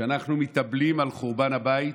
כשאנחנו מתאבלים על חורבן הבית